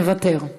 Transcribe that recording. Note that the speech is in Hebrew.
מוותר,